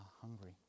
hungry